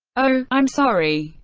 oh, i'm sorry.